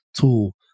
tool